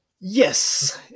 Yes